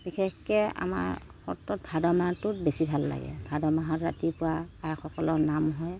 বিশেষকৈ আমাৰ সত্ৰত ভাদ মাহটোত বেছি ভাল লাগে ভাদ মাহত ৰাতিপুৱা আইসকলৰ নাম হয়